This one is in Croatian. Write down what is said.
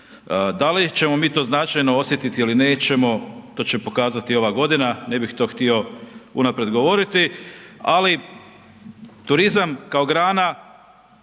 Da li ćemo mi to značajno osjetiti ili nećemo, to će pokazati ova godina, ne bih to htio unaprijed govoriti ali turizam kao grana